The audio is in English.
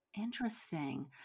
Interesting